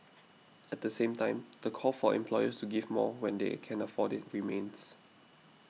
at the same time the call for employers to give more when they can afford it remains